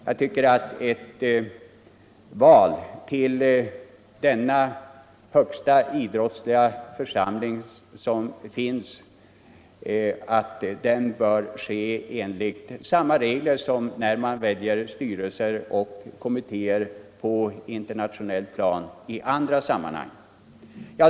Jag tycker att ett val till denna den högsta idrottsliga församling som finns bör ske enligt samma regler som när man väljer styrelser och kommittéer på internationellt plan i andra sammanhang.